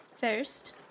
First